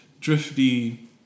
drifty